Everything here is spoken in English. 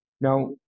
Now